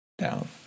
down